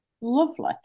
Lovely